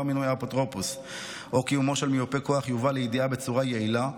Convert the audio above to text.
מינוי האפוטרופוס או קיומו של מיופה כוח יובא לידיעה בצורה יעילה,